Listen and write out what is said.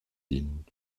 dienen